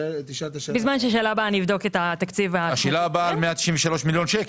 תנאי שירות והכשרת עובדי הוראה,